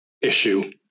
issue